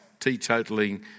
teetotaling